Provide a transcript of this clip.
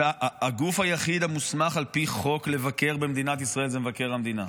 הגוף היחיד המוסמך על פי חוק לבקר במדינת ישראל זה מבקר המדינה.